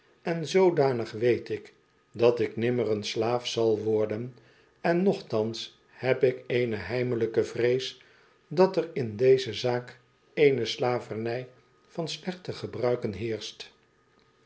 en zoodanig weet ik dat ik nimmer een slaaf zal worden en nochtans heb ik eene heimelijke vrees dat er in deze zaak eene slavernij van slechte gebruiken heers